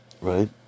Right